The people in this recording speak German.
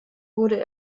wurde